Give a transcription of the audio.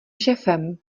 šéfem